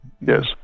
Yes